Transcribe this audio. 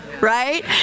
right